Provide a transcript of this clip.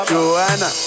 Joanna